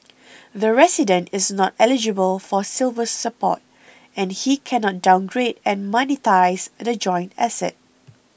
the resident is not eligible for Silver Support and he cannot downgrade and monetise the joint asset